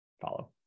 follow